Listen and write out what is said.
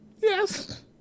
Yes